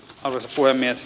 arvoisa puhemies